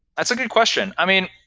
that's a good question. i mean,